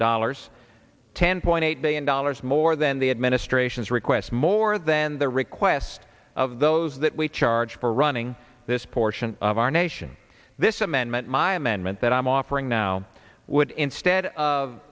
dollars ten point eight billion dollars more than the administration's requests more than the request of those that we charged for running this portion of our nation this amendment my amendment that i'm offering now would instead of